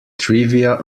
trivia